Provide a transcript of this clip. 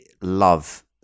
love